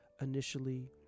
initially